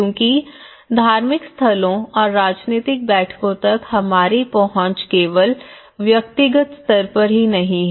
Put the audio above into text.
क्योंकि धार्मिक स्थलों और राजनीतिक बैठकों तक हमारी पहुंच केवल व्यक्तिगत स्तर पर ही नहीं है